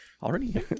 Already